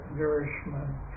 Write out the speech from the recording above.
nourishment